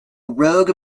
rogue